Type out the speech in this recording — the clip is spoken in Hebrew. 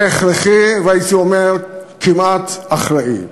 זה הכרחי, והייתי אומר כמעט אחראי.